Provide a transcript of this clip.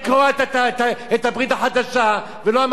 אני לא אמרתי לקרוע את הברית החדשה ולא אמרתי לשרוף את הברית החדשה.